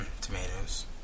Tomatoes